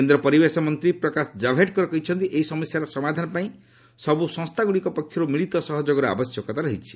କେନ୍ଦ୍ର ପରିବେଶ ମନ୍ତ୍ରୀ ପ୍ରକାଶ ଜାବ୍ଡେକର କହିଛନ୍ତି ଏହି ସମସ୍ୟାର ସମାଧାନ ପାଇଁ ସବୁ ସଂସ୍ଥାଗୁଡ଼ିକ ପକ୍ଷର୍ ମିଳିତ ସହଯୋଗର ଆବଶ୍ୟକତା ରହିଛି